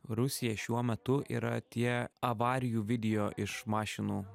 rusija šiuo metu yra tie avarijų video iš mašinų